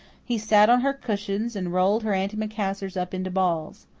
he sat on her cushions and rolled her antimacassars up into balls.